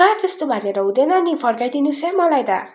कहाँ त्यस्तो भनेर हुँदैन न फर्काइदिनु होस् है मलाई त